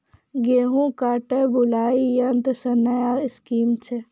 गेहूँ काटे बुलाई यंत्र से नया स्कीम छ?